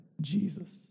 Jesus